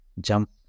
jump